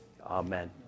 Amen